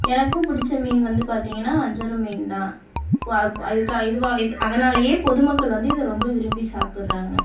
எனக்கும் பிடிச்ச மீன் வந்து பார்த்தீங்கனா வஞ்சிரம் மீன் தான் புவா அப் ஆ இதுக்காக இதுவாக இத் அதனாலேயே பொதுமக்கள் வந்து இதை ரொம்ப விரும்பி சாப்பிட்றாங்க